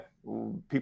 people